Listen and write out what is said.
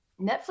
Netflix